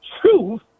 truth